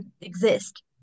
exist